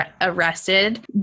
arrested